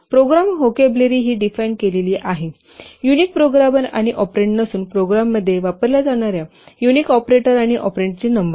programme vocabulary ही define केलेली आहे युनिक प्रोग्रामर आणि ऑपरेंड नसून प्रोग्राममध्ये वापरल्या जाणार्या युनिक ऑपरेटर आणि ऑपरेंडची नंबर